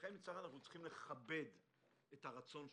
לכן אנחנו צריכים לכבד את רצון האדם,